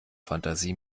fantasie